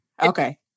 Okay